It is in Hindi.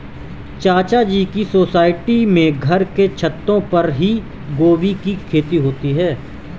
चाचा जी के सोसाइटी में घर के छतों पर ही गोभी की खेती होती है